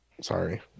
sorry